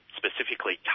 specifically